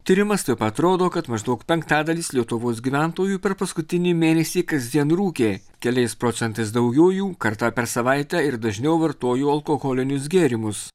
tyrimas taip pat rodo kad maždaug penktadalis lietuvos gyventojų per paskutinį mėnesį kasdien rūkė keliais procentais daugiau jų kartą per savaitę ir dažniau vartojo alkoholinius gėrimus